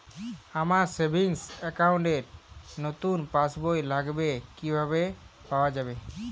আমার savings account র নতুন পাসবই লাগবে কিভাবে পাওয়া যাবে?